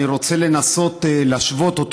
אני רוצה לנסות להשוות אותו,